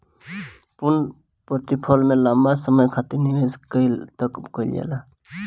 पूर्णप्रतिफल में लंबा समय खातिर निवेश के लाक कईल जाला